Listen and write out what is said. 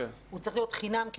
הוא צריך להיות חינם כי